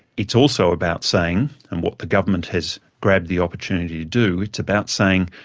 it's also about saying, and what the government has grabbed the opportunity to do, it's about saying,